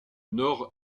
nord